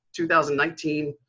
2019